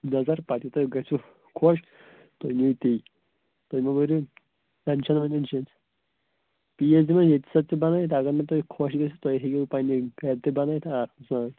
نَظَر پَتہٕ یہِ تۄہہِ گَژھیو خۄش تُہۍ نِیِو تی تُہۍ مہٕ بٔرِو ٹٮ۪نشَن تہِ بَنٲوِتھ اگر نہٕ تۄہہِ خۄش گَٔژھِو تۄہہِ ہیٚیِو پنٛنہِ گَرِ تہِ بَنٲوِتھ